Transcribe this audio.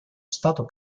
stato